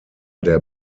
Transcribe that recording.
der